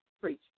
preach